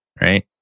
right